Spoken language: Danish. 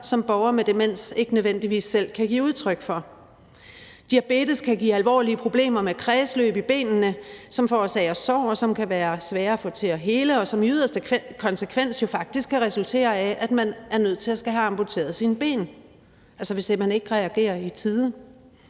som borgere med demens ikke nødvendigvis selv kan give udtryk for. Diabetes kan give alvorlige problemer med kredsløb i benene, som forårsager sår, som kan være svære at få til at hele, og som i yderste konsekvens faktisk kan resultere i, at man er nødt til at få amputeret sine ben, altså hvis ikke man reagerer i tide.